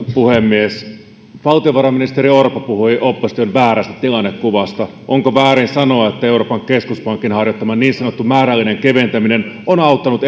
puhemies valtiovarainministeri orpo puhui opposition väärästä tilannekuvasta onko väärin sanoa että euroopan keskuspankin harjoittama niin sanottu määrällinen keventäminen on auttanut